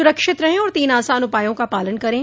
सुरक्षित रहें और तीन आसान उपायों का पालन करें